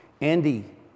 Andy